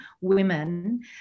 women